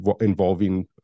involving